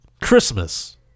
christmas